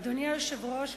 אדוני היושב-ראש,